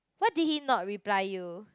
what did he not reply you